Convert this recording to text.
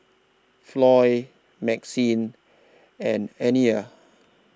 Floy Maxine and Aniya